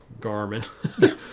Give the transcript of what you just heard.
Garmin